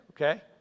okay